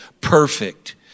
perfect